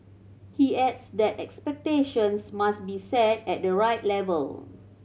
he adds that expectations must be set at the right level